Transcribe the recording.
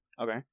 Okay